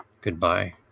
Goodbye